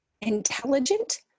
intelligent